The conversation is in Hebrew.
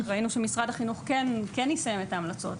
ראינו שמשרד החינוך כן יישם את ההמלצות,